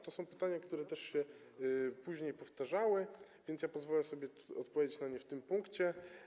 To są pytania, które też się później powtarzały, więc pozwolę sobie tutaj odpowiedzieć na nie w tym punkcie.